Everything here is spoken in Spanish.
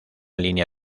línea